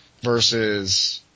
versus